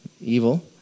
evil